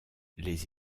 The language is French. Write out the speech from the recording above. les